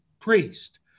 priest